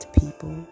people